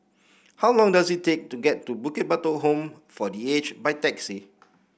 how long does it take to get to Bukit Batok Home for The Age by taxi